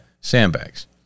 Sandbags